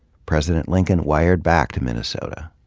president lincoln wired back to minnesota.